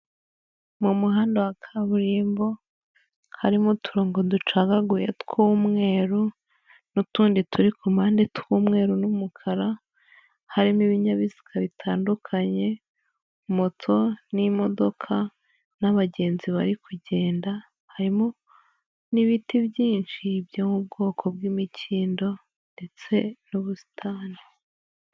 Mu muhanda wa kaburimbo, harimo uturongo ducagaguye tw'umweru n'utundi turi ku mpande tw'umweru n'umukara, harimo ibinyabiziga bitandukanye, moto n'imodoka n'abagenzi bari kugenda, harimo n'ibiti byinshi byo mu bwoko bw'imikindo ndetse n'ubusitani.